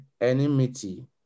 enmity